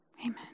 Amen